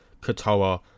Katoa